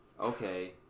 okay